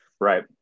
Right